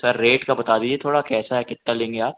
sir rate का बता दीजिए थोड़ा कैसा है कितना लेंगे आप